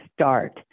start